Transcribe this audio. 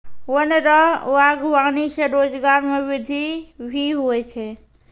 वन रो वागबानी से रोजगार मे वृद्धि भी हुवै छै